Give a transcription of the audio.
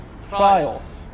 files